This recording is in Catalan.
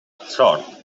sort